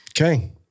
Okay